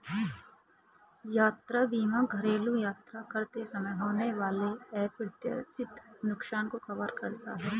यात्रा बीमा घरेलू यात्रा करते समय होने वाले अप्रत्याशित नुकसान को कवर करता है